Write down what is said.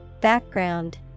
Background